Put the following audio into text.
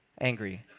angry